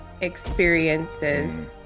experiences